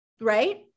right